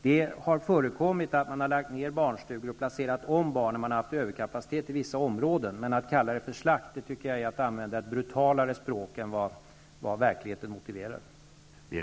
Det har förekommit att man har lagt ner barnstugor och placerat om barnen, om man har haft överkapacitet i vissa områden. Men att kalla det för slakt är att använda ett brutalare språk än vad verkligheten motiverar.